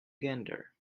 gander